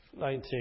19